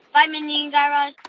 bye, mindy and guy raz